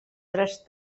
tres